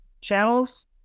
channels